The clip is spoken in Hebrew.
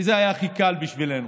וזה היה הכי קל בשבילנו